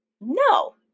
No